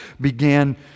began